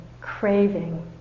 craving